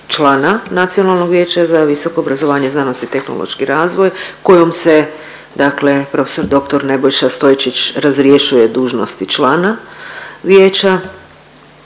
člana Nacionalnog vijeća za visoko obrazovanje, znanost i tehnološki razvoj kojom se prof.dr. Nebojša Stojčić razrješuje dužnosti člana vijeća